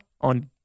on